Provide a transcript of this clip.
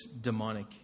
demonic